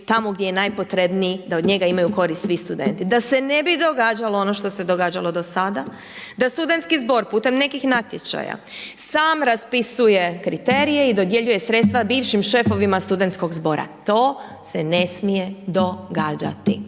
tamo gdje je najpotrebniji da od njega imaju koristi svi studenti da se ne bi događalo ono što se događalo do sada, da studentski zbor putem nekih natječaja sam raspisuje kriterije i dodjeljuje sredstva bivšim šefovima studentskog zbora. To se ne smije događati